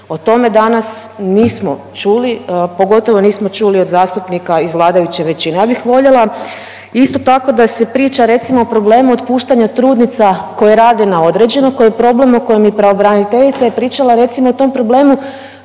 O tome danas nismo čuli, pogotovo nismo čuli od zastupnika iz vladajuće većine. Ja bih voljela isto tako da se priča recimo o problemu otpuštanja trudnica koje rade na određeno, koji je problem o kojem je i pravobraniteljica pričala recimo o tom problemu